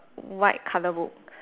white colour book